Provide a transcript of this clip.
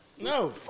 No